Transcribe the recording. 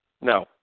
No